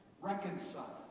Reconcile